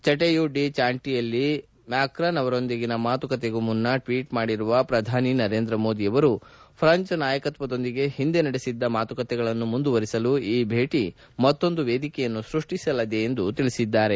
Chateau de ಚಾಂಟಿಲ್ಲಿಯಲ್ಲಿ Macron ಅವರೊಂದಿಗಿನ ಮಾತುಕತೆಗೂ ಮುನ್ನ ಟ್ವೀಟ್ ಮಾಡಿರುವ ಪ್ರಧಾನಿ ನರೇಂದ್ರ ಮೋದಿ ಫ್ರಂಚ್ ನಾಯಕತ್ವದೊಂದಿಗೆ ಹಿಂದೆ ನಡೆಸಿದ್ದ ಮಾತುಕತೆಗಳನ್ನು ಮುಂದುವರಿಸಲು ಈ ಭೇಟಿ ಮತ್ತೊಂದು ವೇದಿಕೆಯನ್ನು ಸ್ಪಷ್ಟಿಸಲಿದೆ ಎಂದು ಹೇಳಿದ್ದಾರೆ